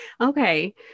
Okay